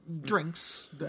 drinks